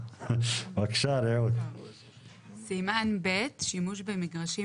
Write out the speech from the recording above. (6) ו-(7) של סעיף 2(ב); אלה נציגי הרשויות המקומיות.